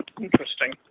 Interesting